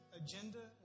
agenda